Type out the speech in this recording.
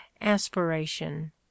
aspiration